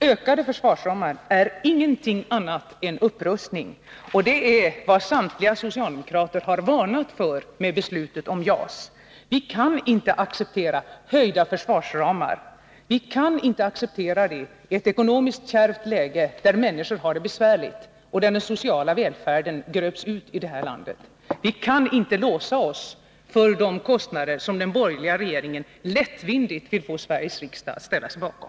Ökade försvarsramar är ingenting annat än upprustning, och det är vad samtliga socialdemokrater har varnat för vid beslut om JAS. Vi kan inte acceptera höjda försvarsramar. Vi kan inte acceptera det i ett ekonomiskt kärvt läge där människor har det besvärligt, och när den sociala välfärden gröps ur i landet. Vi kan inte låsa oss för de kostnader som den borgerliga regeringen lättvindigt vill få Sveriges riksdag att ställa sig bakom.